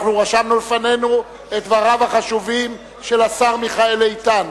אנחנו רשמנו לפנינו את דבריו החשובים של השר מיכאל איתן,